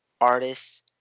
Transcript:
artists